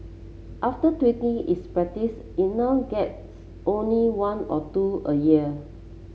after tweaking is practice it now gets only one or two a year